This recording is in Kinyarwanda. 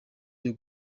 cyo